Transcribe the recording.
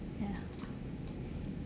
ya